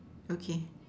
okay